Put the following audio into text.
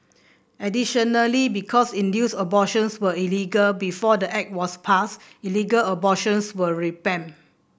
additionally because induced abortions were illegal before the Act was passed illegal abortions were rampant